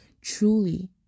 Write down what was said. truly